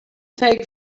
take